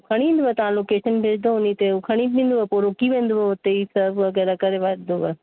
खणी ईंदव तव्हां लोकेशन भेजदाव उन ते खणी ईंदो पोइ रुकी वेंदो उते ई सर्व वगै़रह करे वठदव